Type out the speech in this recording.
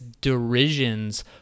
derisions